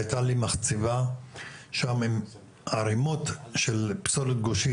הייתה לי מחצבה שם עם ערמות של פסולת גושית,